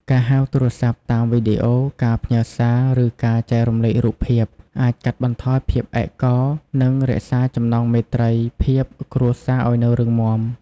ការហៅទូរសព្ទតាមវីដេអូ ការផ្ញើសារ ឬការចែករំលែករូបភាព អាចកាត់បន្ថយភាពឯកកោ និងរក្សាចំណងមេត្រីភាពគ្រួសារឱ្យនៅរឹងមាំ។